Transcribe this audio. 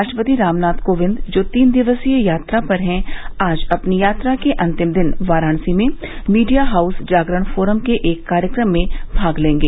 राष्ट्रपति रामनाथ कोविंद जो तीन दिवसीय यात्रा पर हैं आज अपनी यात्रा के अंतिम दिन वाराणसी में मीडिया हाउस जागरण फोरम के एक कार्यक्रम में भाग लेंगे